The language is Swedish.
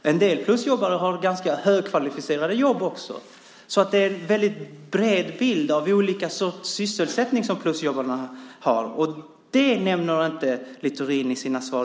En del plusjobbare har de facto ganska högkvalificerade jobb. Det är alltså ett brett spektrum av sysselsättningar som plusjobbarna har. Inte heller det nämner Littorin i sitt svar.